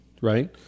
right